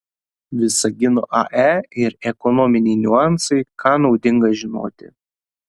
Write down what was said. visagino ae ir ekonominiai niuansai ką naudinga žinoti